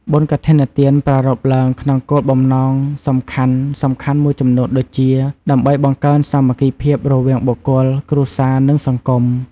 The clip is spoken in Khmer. បុណ្យកឋិនទាន ប្រារព្ធឡើងក្នុងគោលបំណងសំខាន់ៗមួយចំនួនដូចជា ដើម្បីបង្កើនសាមគ្គីភាពរវាងបុគ្គល គ្រួសារ និងសង្គម។